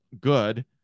good